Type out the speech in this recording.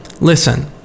listen